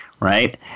Right